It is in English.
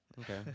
Okay